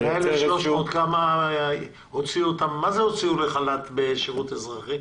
מה זה הוציאו לחל"ת בשירות אזרחי?